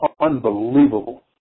unbelievable